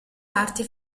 arti